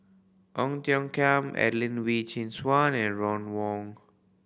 Ong Tiong Khiam Adelene Wee Chin Suan and Ron Wong